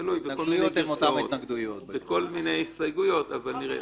תלוי, בכל מיני הסתייגויות אבל נראה.